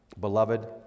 Beloved